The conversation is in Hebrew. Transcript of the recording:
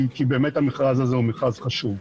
כי באמת המכרז הזה חשוב.